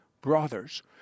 brothers